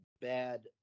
bad